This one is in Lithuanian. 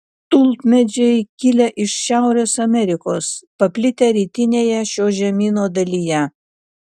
tulpmedžiai kilę iš šiaurės amerikos paplitę rytinėje šio žemyno dalyje